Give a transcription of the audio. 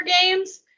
games